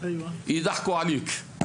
אידחקו עניק.